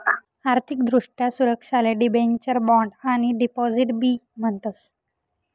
आर्थिक दृष्ट्या सुरक्षाले डिबेंचर, बॉण्ड आणि डिपॉझिट बी म्हणतस